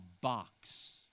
box